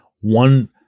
one